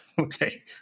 Okay